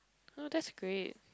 oh that's great